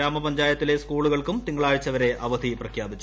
ഗ്രാമപഞ്ചായത്തിലെ സ്കൂളുകൾക്കും തിങ്കളാഴ്ചവരെ അവധി പ്രഖ്യാപിച്ചു